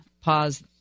pause